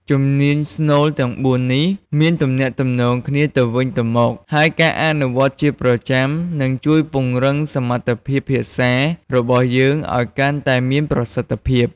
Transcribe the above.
ជំនាញស្នូលទាំងបួននេះមានទំនាក់ទំនងគ្នាទៅវិញទៅមក ហើយការអនុវត្តជាប្រចាំនឹងជួយពង្រឹងសមត្ថភាពភាសារបស់យើងឱ្យកាន់តែមានប្រសិទ្ធភាព។